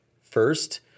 first